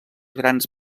grans